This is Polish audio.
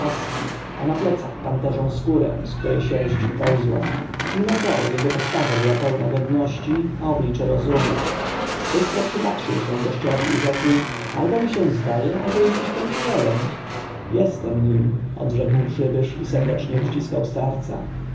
a na plecach panterzą skórę z której sierść wypełzła mimo to jego postawa była pełna godności a oblicze rozumu bystro przypatrzył się gościowi i rzekł albo mi się zdaje albo jesteś pentuer jestem nim odrzekł przybysz i serdecznie uściskał starca